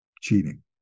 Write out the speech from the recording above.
cheating